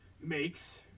makes